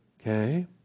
Okay